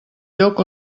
lloc